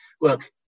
look